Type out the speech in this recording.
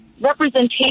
representation